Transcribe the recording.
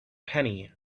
penny